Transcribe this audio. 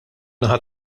naħa